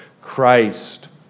Christ